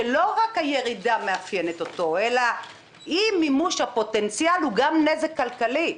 שלא רק הירידה מאפיינת אותו אלא אי מימוש הפוטנציאל הוא גם נזק כלכלי.